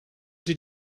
did